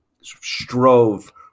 strove